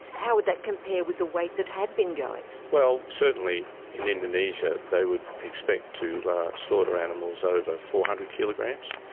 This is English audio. how would that compare with the weight that had been going? going? well certainly in indonesia they would expect to slaughter animals over four hundred kilograms,